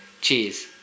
Cheers